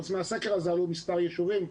מהסקר הזה עלו מספר ישובים.